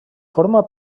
forma